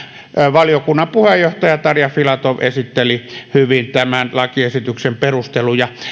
valiokunnan puheenjohtaja tarja filatov esitteli hyvin tämän lakiesityksen perusteluja